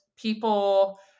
people